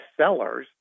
bestsellers